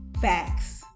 facts